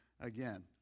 again